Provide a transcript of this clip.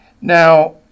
Now